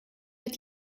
het